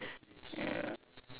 ya